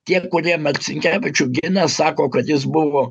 tie kurie marcinkevičių gina sako kad jis buvo